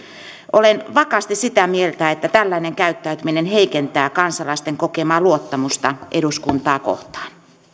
olen vakaasti sitä mieltä että tällainen käyttäytyminen heikentää kansalaisten kokemaa luottamusta eduskuntaa kohtaan